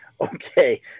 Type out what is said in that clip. Okay